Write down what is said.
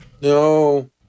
No